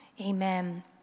amen